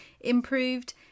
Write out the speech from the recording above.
improved